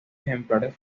ejemplares